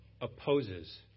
opposes